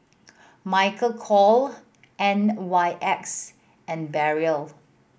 Michael Kors N Y X and Barrel